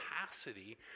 capacity